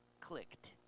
clicked